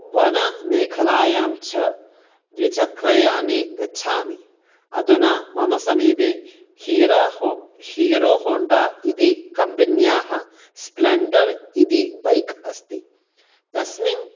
वनमेखलायां च द्विचक्रयाने गच्छामि अदुना मम समीबे हीरा हो हीरो होन्डा इति कम्पन्याः स्प्लन्डर् इति बैक् अस्ति तस्मिन्